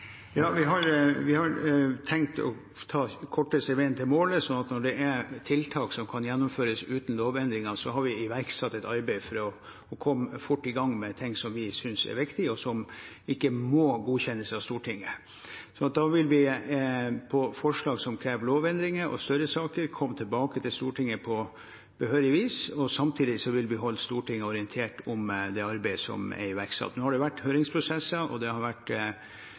Vi har tenkt å ta den korteste veien til målet, så når det er tiltak som kan gjennomføres uten lovendringer, har vi iverksatt et arbeid for å komme fort i gang med ting som vi synes er viktig, og som ikke må godkjennes av Stortinget. Når det gjelder forslag som krever lovendringer, og større saker, vil vi komme tilbake til Stortinget på behørig vis. Samtidig vil vi holde Stortinget orientert om det arbeidet som er iverksatt. Nå har det vært høringsprosesser, og det har vært